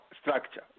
structure